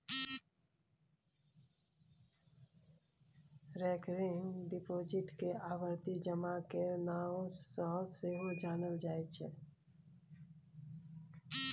recurring deposit केँ आवर्ती जमा केर नाओ सँ सेहो जानल जाइ छै